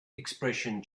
expression